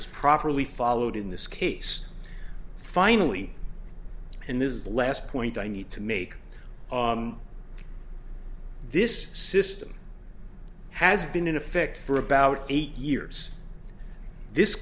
was properly followed in this case finally and this is the last point i need to make this system has been in effect for about eight years this